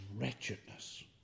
wretchedness